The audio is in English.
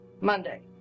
Monday